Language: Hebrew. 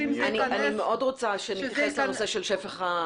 יעשו את